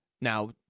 Now